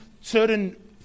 certain